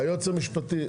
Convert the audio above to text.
היועץ המשפטי,